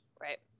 Right